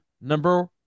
Number